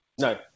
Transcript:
No